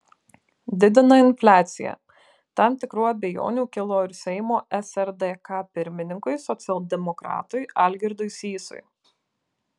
didina infliaciją tam tikrų abejonių kilo ir seimo srdk pirmininkui socialdemokratui algirdui sysui